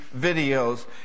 videos